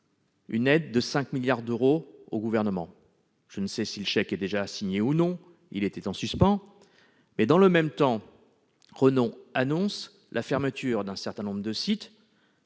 une aide de 5 milliards d'euros au Gouvernement. Je ne sais si le chèque est déjà signé, mais, dans le même temps, la Régie annonce la fermeture d'un certain nombre de sites,